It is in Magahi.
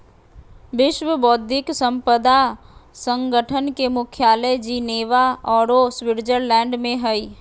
विश्व बौद्धिक संपदा संगठन के मुख्यालय जिनेवा औरो स्विटजरलैंड में हइ